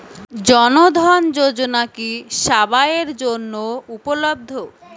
জন ধন যোজনা কি সবায়ের জন্য উপলব্ধ?